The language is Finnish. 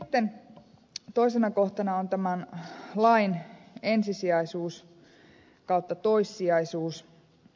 sitten toisena kohtana on tämän lain ensisijaisuus tai toissijaisuus